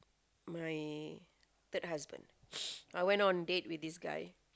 my third husband I went on date with this guy